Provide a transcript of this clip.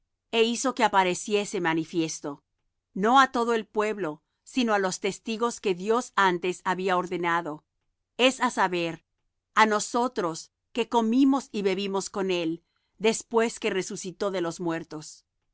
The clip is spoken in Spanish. é hizo que apareciese manifiesto no á todo el pueblo sino á los testigos que dios antes había ordenado es á saber á nosotros que comimos y bebimos con él después que resucitó de los muertos